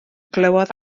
glywodd